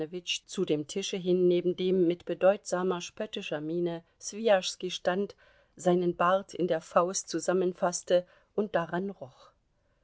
zu dem tische hin neben dem mit bedeutsamer spöttischer miene swijaschski stand seinen bart in der faust zusammenfaßte und daran roch